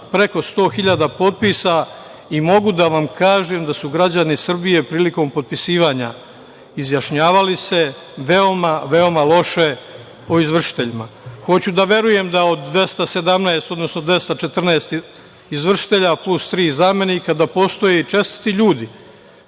preko 100 hiljada potpisa i mogu da vam kažem da su građani Srbije prilikom potpisivanja izjašnjavali se veoma, veoma loše o izvršiteljima. Hoću da verujem da od 217, odnosno 214 izvršitelja, plus tri zamenika, da postoje i čestiti ljudi,